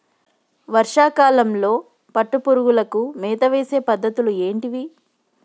వర్షా కాలంలో పట్టు పురుగులకు మేత వేసే పద్ధతులు ఏంటివి?